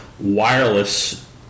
wireless